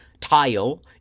tile